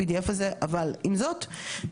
עכשיו אנחנו מדברים על הכספים האלה שעוברים